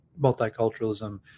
multiculturalism